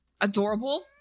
Adorable